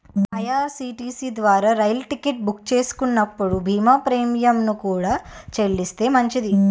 IRCTC ద్వారా రైలు ticket book చేస్తున్నప్పుడు బీమా ప్రీమియంను కూడా చెల్లిస్తే మంచిది